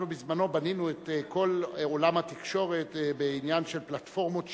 אנחנו בזמנו בנינו את כל עולם התקשורת בעניין של פלטפורמות שידור,